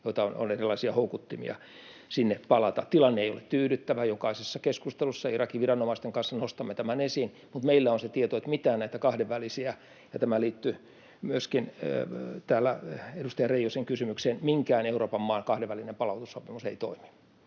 joilla on erilaisia houkuttimia sinne palata. Tilanne ei ole tyydyttävä, jokaisessa keskustelussa Irakin viranomaisten kanssa nostamme tämän esiin. Mutta meillä on se tieto — ja tämä liittyy myöskin edustaja Reijosen kysymykseen — että minkään Euroopan maan kahdenvälinen palautussopimus ei toimi